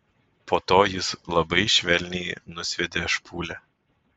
po to jis labai švelniai nusviedė špūlę